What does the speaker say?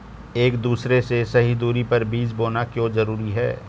एक दूसरे से सही दूरी पर बीज बोना क्यों जरूरी है?